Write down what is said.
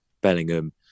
Bellingham